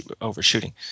overshooting